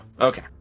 Okay